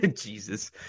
Jesus